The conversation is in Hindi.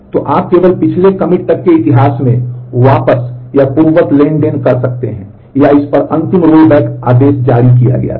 तो आप केवल पिछले कमिट तक के इतिहास में वापस या पूर्ववत ट्रांज़ैक्शन कर सकते हैं या इस पर अंतिम रोलबैक आदेश जारी किया गया था